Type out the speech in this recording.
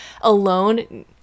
alone